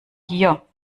hier